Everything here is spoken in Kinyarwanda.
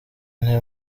nti